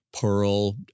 Pearl